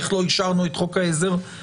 איך לא אישרנו את חוק העזר המקורי,